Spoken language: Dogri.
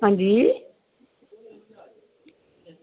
हां जी